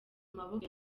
maboko